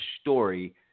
story